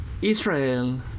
Israel